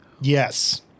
Yes